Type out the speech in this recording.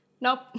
nope